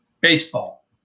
baseball